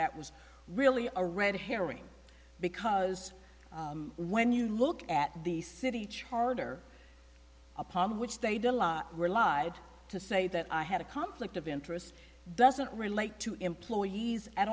that was really a red herring because when you look at the city charter upon which they did were lied to say that i had a conflict of interest doesn't relate to employees at